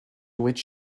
which